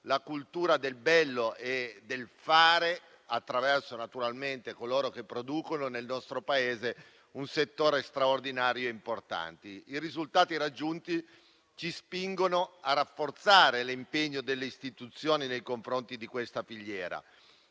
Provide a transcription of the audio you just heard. la cultura del bello e del fare, attraverso coloro che producono nel nostro Paese. È un settore straordinario e importante. I risultati raggiunti ci spingono a rafforzare l'impegno delle istituzioni nei confronti di questa filiera.